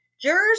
Jurors